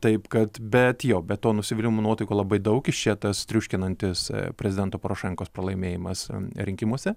taip kad bet jo be to nusivylimo nuotaikų labai daug iš čia tas triuškinantis prezidento porošenkos pralaimėjimas rinkimuose